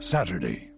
Saturday